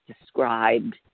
described